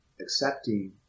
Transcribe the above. accepting